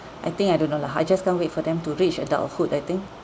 I think I don't know lah I just can't wait for them to reach adulthood I think